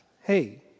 hey